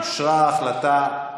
ההחלטה אושרה,